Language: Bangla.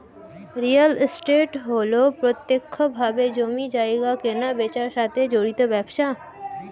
রিয়েল এস্টেট হল প্রত্যক্ষভাবে জমি জায়গা কেনাবেচার সাথে জড়িত ব্যবসা